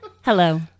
Hello